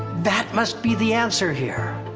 that must be the answer here.